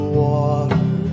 water